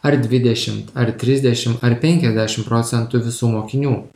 ar dvidešimt ar trisdešim ar penkiasdešim procentų visų mokinių